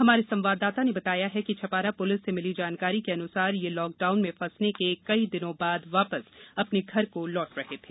हमारे संवाददाता ने बताया है कि छपारा प्लिस से मिली जानकारी के अनुसार ये लॉक डाउन में फंसने के कई दिनों बाद वापस अपने घर लौट रहे थे